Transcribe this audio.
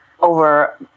over